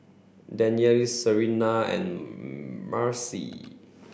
Danyelle Serena and Marcie